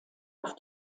auf